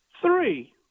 Three